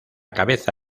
cabeza